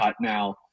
now